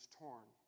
torn